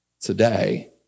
today